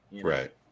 Right